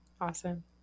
awesome